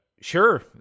sure